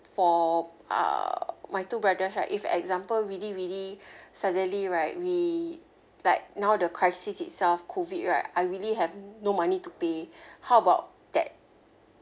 for uh my two brothers right if example really really suddenly right we like now the crisis itself COVID right I really have no money to pay how about that